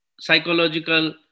psychological